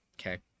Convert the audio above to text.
okay